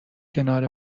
کنار